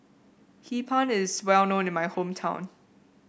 Hee Pan is well known in my hometown